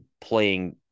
playing